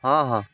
ହଁ ହଁ